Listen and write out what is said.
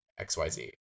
XYZ